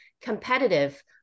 competitive